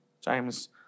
James